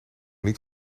niet